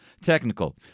Technical